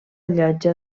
llotja